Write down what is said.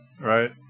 Right